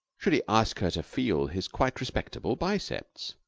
should he ask her to feel his quite respectable biceps?